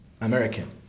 American